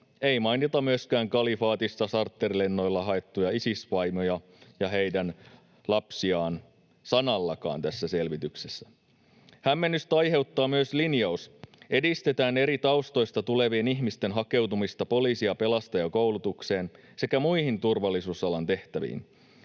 ei mainita myöskään kalifaatista charterlennoilla haettuja Isis-vaimoja ja heidän lapsiaan sanallakaan tässä selvityksessä. Hämmennystä aiheuttaa myös linjaus: ”edistetään eri taustoista tulevien ihmisten hakeutumista poliisi- ja pelastajakoulutukseen sekä muihin turvallisuusalan tehtäviin”.